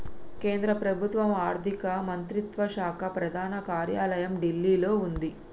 కేంద్ర ప్రభుత్వం ఆర్ధిక మంత్రిత్వ శాఖ ప్రధాన కార్యాలయం ఢిల్లీలో వుంది